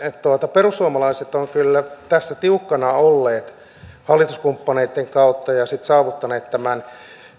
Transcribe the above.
perussuomalaiset ovat tässä tiukkana olleet hallituskumppaneitten kautta ja saavuttaneet tämän